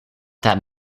that